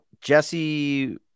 Jesse